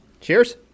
Cheers